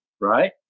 right